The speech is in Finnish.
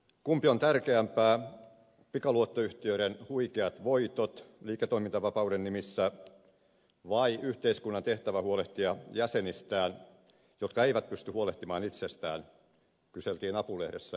kumpi on tärkeämpää pikaluottoyhtiöiden huikeat voitot liiketoimintavapauden nimissä vai yhteiskunnan tehtävä huolehtia jäsenistään jotka eivät pysty huolehtimaan itsestään kyseltiin apu lehdessä syyskuussa